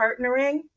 partnering